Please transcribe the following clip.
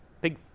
big